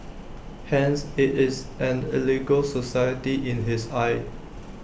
hence IT is an illegal society in his eyes